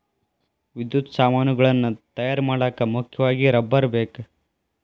ವಿದ್ಯುತ್ ಸಾಮಾನುಗಳನ್ನ ತಯಾರ ಮಾಡಾಕ ಮುಖ್ಯವಾಗಿ ರಬ್ಬರ ಬೇಕ